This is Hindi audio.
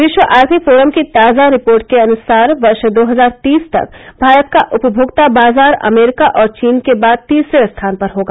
विश्व आर्थिक फोरम की ताजा रिपोर्ट के अनुसार वर्ष दो हजार तीस तक भारत का उपमोक्ता बाजार अमरीका और चीन के बाद तीसरे स्थान पर होगा